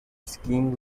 skiing